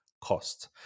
cost